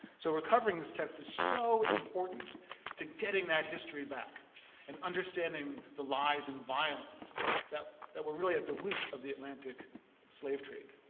so recovering this text is so important to getting that history back and understanding the lies and violence that that were really at the root of the atlantic slave trade.